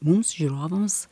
mums žiūrovams